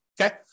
Okay